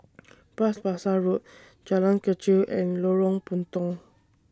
Bras Basah Road Jalan Kechil and Lorong Puntong